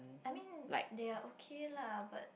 I mean they are okay lah but